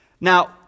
Now